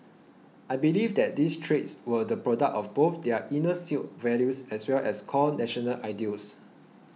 I believe that these traits were the product of both their inner Sikh values as well as core national ideals